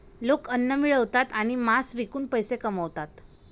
लोक अन्न मिळवतात आणि मांस विकून पैसे कमवतात